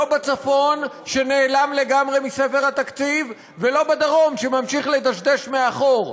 לא בצפון שנעלם לגמרי מספר התקציב ולא בדרום שממשיך לדשדש מאחור.